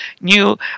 new